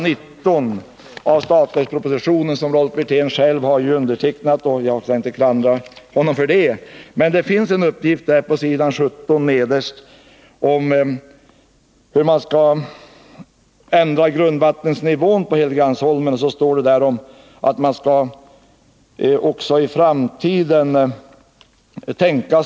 19 till budgetpropositionen. Rolf Wirtén har själv undertecknat den, och jag kan inte klandra honom för det. Men jag vill hänvisa till en uppgift nederst på s. 17 om hur man skall ändra grundvattennivån på Helgeandsholmen. Man tänker sig att vissa åtgärder skall vara utförda före år 2000.